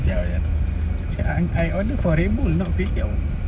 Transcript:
ya ya cakap dengan dia I order for Red Bull not kway teow